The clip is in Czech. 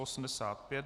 85.